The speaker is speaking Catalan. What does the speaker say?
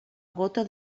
gota